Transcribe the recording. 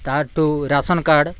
ତା'ଠୁ ration card